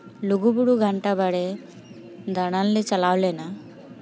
ᱞᱩᱜᱩᱵᱩᱨᱩ ᱜᱷᱟᱱᱴᱟ ᱵᱟᱲᱮ ᱫᱟᱬᱟᱱᱞᱮ ᱪᱟᱞᱟᱣ ᱞᱮᱱᱟ